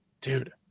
dude